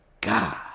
God